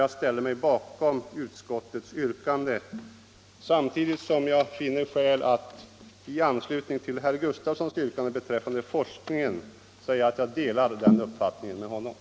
Jag ställer mig bakom utskottets yrkanden, samtidigt som jag finner anledning att i anslutning till herr Gustafssons i Byske yrkande beträffande forskningen säga att jag delar hans uppfattning därvidlag.